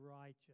righteous